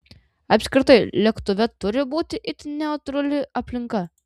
apskritai lėktuve turi būti itin neutrali aplinka